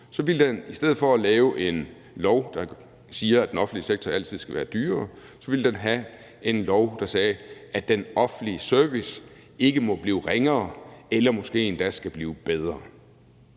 mål, ville den, i stedet for at lave en lov, der siger, at den offentlige sektor altid skal være dyrere, have en lov, der sagde, at den offentlige service ikke må blive ringere eller måske endda skal blive bedre.